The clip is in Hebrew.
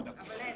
אבל אין.